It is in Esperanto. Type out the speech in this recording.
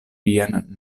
vian